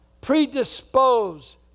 predisposed